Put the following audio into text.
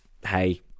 hey